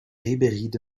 ribéride